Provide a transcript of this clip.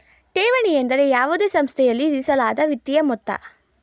ಠೇವಣಿ ಎಂದರೆ ಯಾವುದೇ ಸಂಸ್ಥೆಯಲ್ಲಿ ಇರಿಸಲಾದ ವಿತ್ತೀಯ ಮೊತ್ತ